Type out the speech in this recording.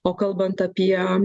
o kalbant apie